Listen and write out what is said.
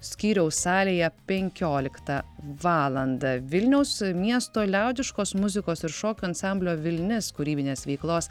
skyriaus salėje penkioliktą valandą vilniaus miesto liaudiškos muzikos ir šokių ansamblio vilnis kūrybinės veiklos